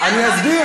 תהיה, אני אסביר.